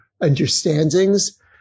understandings